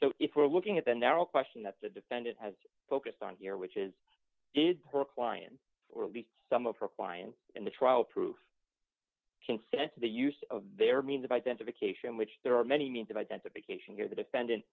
so if we're looking at the narrow question that the defendant has focused on here which is is brookline or at least some of her clients in the trial proof consent to the use of their means of identification which there are many means of identification here the defendant